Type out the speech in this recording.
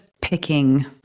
picking